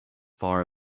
far